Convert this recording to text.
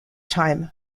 time